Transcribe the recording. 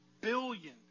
billion